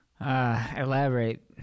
Elaborate